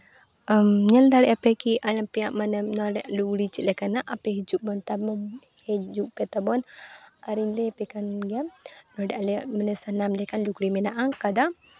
ᱧᱮᱞ ᱫᱟᱲᱮᱭᱟᱜᱼᱟ ᱯᱮ ᱠᱤ ᱟᱨ ᱟᱯᱮᱭᱟᱜ ᱢᱚᱱᱮ ᱞᱩᱜᱽᱲᱤ ᱪᱮᱫ ᱞᱮᱠᱟᱱᱟᱜ ᱟᱯᱮ ᱦᱤᱡᱩᱜ ᱯᱮ ᱛᱟᱵᱚᱱ ᱦᱤᱡᱩᱜ ᱯᱮ ᱛᱟᱵᱚᱱ ᱟᱹᱨᱤᱧ ᱞᱟᱹᱭᱟᱯᱮ ᱠᱟᱱ ᱜᱮᱭᱟ ᱟᱞᱮᱭᱟᱜ ᱥᱟᱱᱟᱢ ᱞᱮᱠᱟᱱ ᱢᱟᱱᱮ ᱞᱩᱜᱽᱲᱤᱡ ᱢᱮᱱᱟᱜᱼᱟ ᱠᱟᱫᱟ